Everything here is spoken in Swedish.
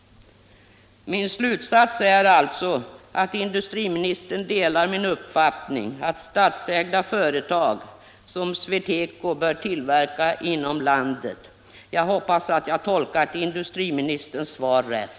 Min slutsats är alltså att industriministern delar min uppfattning att statsägda företag som SweTeco bör tillverka inom landet. Jag hoppas att jag tolkat industriministerns svar rätt.